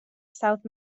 south